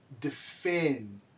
defend